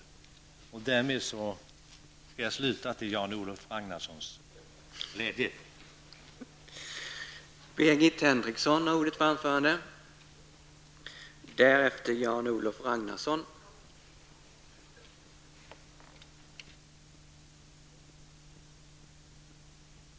Därmed skall jag avsluta detta anförande, till Jan Olof Ragnarssons glädje, eftersom jag tyckte mig höra honom säga att jag talade för länge.